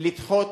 לדחות